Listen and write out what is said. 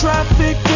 Traffic